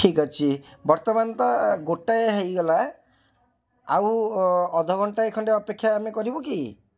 ଠିକ୍ ଅଛି ବର୍ତ୍ତମାନ ତ ଗୋଟାଏ ହେଇଗଲା ଆଉ ଅଧା ଘଣ୍ଟାଏ ଖଣ୍ଡେ ଅପେକ୍ଷା ଆମେ କରିବୁ କି